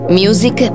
music